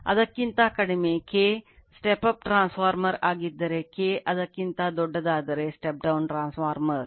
ಅದಕ್ಕಿಂತ ಕಡಿಮೆ K step up transformer ಆಗಿದ್ದರೆ K ಅದಕ್ಕಿಂತ ದೊಡ್ಡದಾದರೆ ಸ್ಟೆಪ್ ಡೌನ್ ಟ್ರಾನ್ಸ್ಫಾರ್ಮರ್